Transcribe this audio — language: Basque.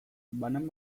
banan